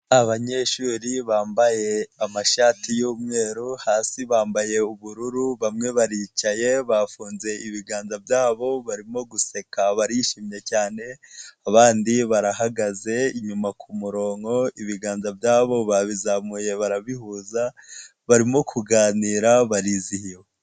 Abanyeshuri bambaye amashati y'umweru hasi bambaye ubururu bamwe baricaye bafunze ibiganza byabo barimo guseka barishimye cyane, abandi barahagaze inyuma ku murongo ibiganza byabo babizamuye barabihuza barimo kuganira barizihiwe.